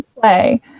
play